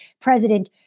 president